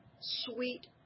sweet